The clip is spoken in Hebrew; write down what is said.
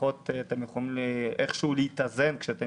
לפחות אתם יכולים איכשהו להתאזן כשאתם